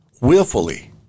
willfully